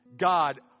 God